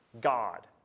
God